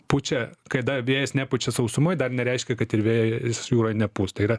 pučia kada vėjas nepučia sausumoj dar nereiškia kad ir vėjas jūroj nepūs tai yra